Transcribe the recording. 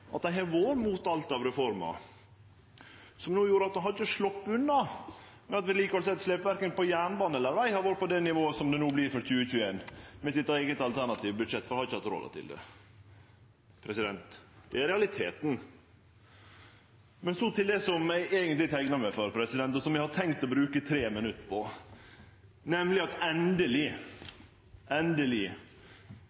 at dei har vore imot alt av reformer. Det gjer at ein hadde ikkje sloppe unna med at vedlikehaldsetterslepet på verken jernbane eller veg hadde vore på det nivået som det no blir for 2021 med deira eige alternative budsjett, for dei hadde ikkje hatt råd til det. Det er realiteten. Men så til det eg eigentleg teikna meg for, og som eg hadde tenkt å bruke 3 minutt på, nemleg at